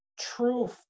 true